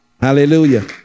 Hallelujah